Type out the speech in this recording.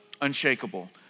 Unshakable